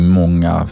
många